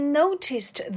noticed